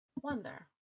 wonder